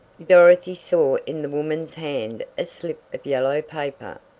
dorothy saw in the woman's hand a slip of yellow paper.